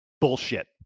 bullshit